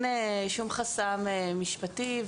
אין שום חסם משפטי,